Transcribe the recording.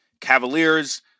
Cavaliers